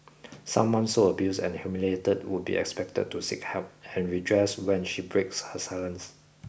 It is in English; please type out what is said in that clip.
someone so abused and humiliated would be expected to seek help and redress when she breaks her silence